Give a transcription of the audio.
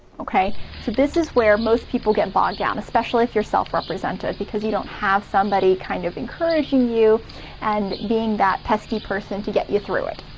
okay so this is where most people get bogged down, especially if you're self-represented because you don't have somebody kind of encouraging you and being that pesky person to get you through it.